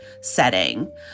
setting